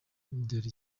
dore